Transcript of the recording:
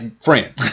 friend